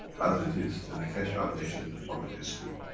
as it is, in the keshe foundation, the knowledge is free.